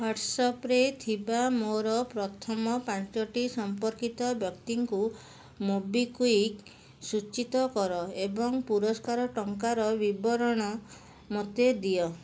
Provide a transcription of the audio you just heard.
ହ୍ଵାଟ୍ସାପରେ ଥିବା ମୋର ପ୍ରଥମ ପାଞ୍ଚଟି ସମ୍ପର୍କିତ ବ୍ୟକ୍ତିଙ୍କୁ ମୋବିକ୍ଵିକ୍ ସୂଚିତ କର ଏବଂ ପୁରସ୍କାର ଟଙ୍କାର ବିବରଣ ମୋତେ ଦିଅ